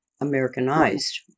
Americanized